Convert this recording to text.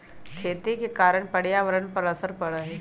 खेती के कारण पर्यावरण पर असर पड़ा हई